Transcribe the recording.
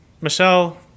Michelle